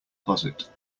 closet